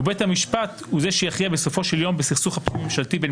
ובית המשפט הוא זה שיכריע בסופו של יום בסכסוך הפנים מדינתי,